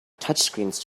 touchscreens